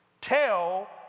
Tell